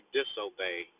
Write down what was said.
disobey